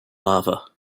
lava